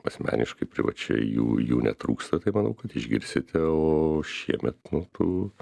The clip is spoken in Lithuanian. asmeniškai privačiai jų jų netrūksta tai manau kad išgirsite o šiemet nu tų